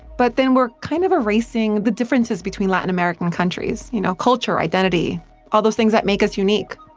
but then we're kind of erasing the differences between latin american countries you know, culture, identity all those things that make us unique